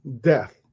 death